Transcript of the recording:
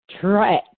track